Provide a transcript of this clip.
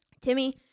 Timmy